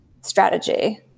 strategy